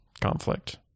conflict